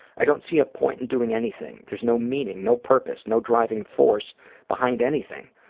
i don't see a point in doing anything, there's no meaning, no purpose, no driving force behind anything.